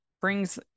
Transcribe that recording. brings